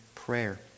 prayer